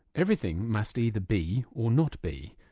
everything must either be or not be,